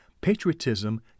patriotism